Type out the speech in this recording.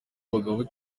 abagabo